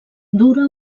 dura